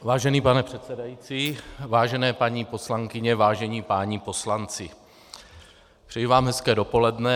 Vážený pane předsedající, vážené paní poslankyně, vážení páni poslanci, přeji vám hezké dopoledne.